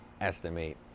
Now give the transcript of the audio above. estimate